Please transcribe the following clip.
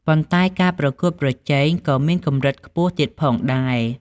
ប៉ុន្តែការប្រកួតប្រជែងក៏មានកម្រិតខ្ពស់ទៀតផងដែរ។